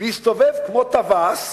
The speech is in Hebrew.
להסתובב כמו טווס ולהגיד: